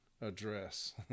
address